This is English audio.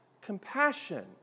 compassion